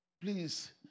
please